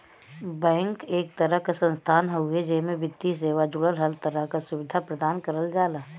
bank एक तरह क संस्थान हउवे जेमे वित्तीय सेवा जुड़ल हर तरह क सुविधा प्रदान करल जाला